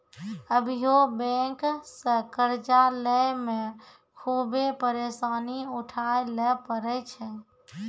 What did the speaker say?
अभियो बेंक से कर्जा लेय मे खुभे परेसानी उठाय ले परै छै